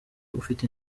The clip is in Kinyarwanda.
ufite